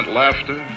laughter